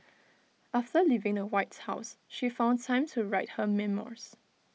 after leaving the white house she found time to write her memoirs